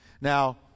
Now